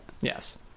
Yes